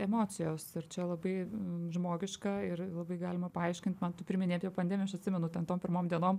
emocijos ir čia labai žmogiška ir labai galima paaiškint man tu priminei apie pandemiją aš atsimenu ten tom pirmom dienom